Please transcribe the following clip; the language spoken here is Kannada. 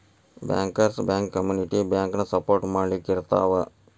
ಬ್ಯಾಂಕರ್ಸ್ ಬ್ಯಾಂಕ ಕಮ್ಯುನಿಟಿ ಬ್ಯಾಂಕನ ಸಪೊರ್ಟ್ ಮಾಡ್ಲಿಕ್ಕಿರ್ತಾವ